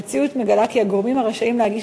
המציאות מגלה כי הגורמים הרשאים להגיש